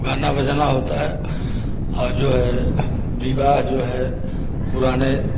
गाना बजाना होता है और जो है विवाह जो है पुराने